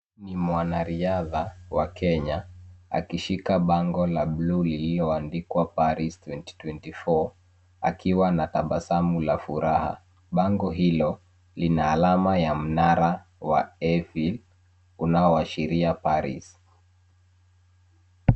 Ni mwanariadha wa Kenya akishika bango la bluu lililoandikwa Paris 2024 akiwa na tabasamu la furaha. Bango hilo lina alama ya mnara wa Eiffel unaoashiria Paris.